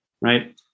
right